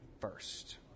first